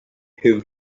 whom